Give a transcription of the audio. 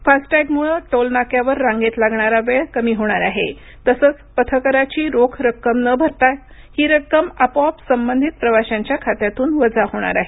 फास्टटॅगमुळं toll नाक्यावर रांगेत लागणारा वेळ कमी होणार आहे तसंच पथकराची रोख रक्कम न भरता ही रक्कम आपोआप संबंधित प्रवाशांच्या खात्यातून वजा होणार आहे